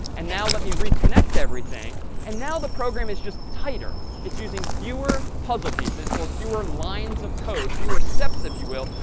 and now let me reconnect everything. and now the program is just tighter. it's using fewer puzzle pieces, or fewer lines of code, fewer steps, if you will,